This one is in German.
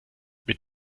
mit